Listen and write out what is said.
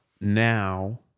now